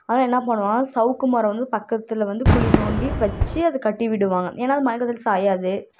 அதனால் என்ன பண்ணுவோம்ணா சவுக்கு மரம் வந்து பக்கத்தில் வந்து குழி தோண்டி வச்சு அதை கட்டி விடுவாங்க ஏன்னால் மழை காலத்தில் சாயாது